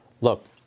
Look